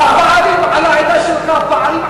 פערים חברתיים,